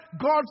God